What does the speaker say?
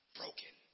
broken